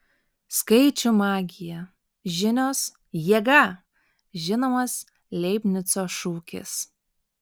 skaičių magija žinios jėga žinomas leibnico šūkis